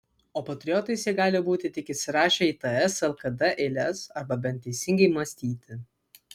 o patriotais jie gali būti tik įsirašę į ts lkd eiles arba bent teisingai mąstyti